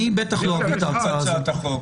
אני בטח לא אביא את ההצעה הזאת.